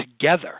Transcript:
together